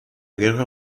guerra